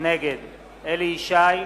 נגד אליהו ישי,